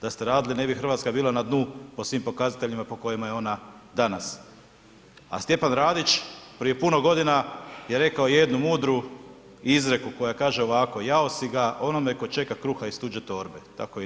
Da ste radili, ne bi Hrvatska bila na dnu po svim pokazateljima po kojima je ona danas, a Stjepan Radić prije puno godine je rekao jednu mudru izreku, koja kaže ovako, jao si ga onome tko čeka kruha iz tuđe torbe, tako i nama.